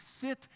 sit